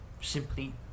Simply